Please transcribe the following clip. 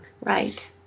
right